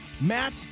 Matt